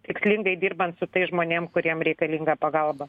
tikslingai dirbant su tais žmonėm kuriem reikalinga pagalba